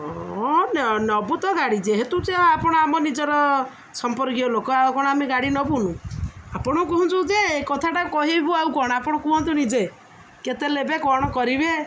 ହଁ ନେବୁ ତ ଗାଡ଼ି ଯେହେତୁ ଯେ ଆପଣ ଆମ ନିଜର ସମ୍ପର୍କୀୟ ଲୋକ ଆଉ କ'ଣ ଆମେ ଗାଡ଼ି ନେବୁନୁ ଆପଣ କୁହନ୍ତୁ ଯେ କଥାଟା କହିବୁ ଆଉ କ'ଣ ଆପଣ କୁହନ୍ତୁନି ଯେ କେତେ ନେବେ କ'ଣ କରିବେ